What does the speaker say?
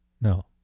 No